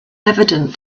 evident